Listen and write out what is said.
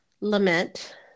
lament